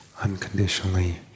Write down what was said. Unconditionally